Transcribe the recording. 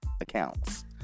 accounts